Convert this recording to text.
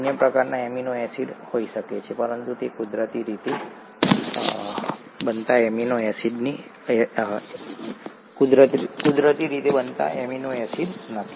અન્ય પ્રકારના amino acid હોઈ શકે છે પરંતુ તે કુદરતી રીતે બનતા એમિનો એસિડ નથી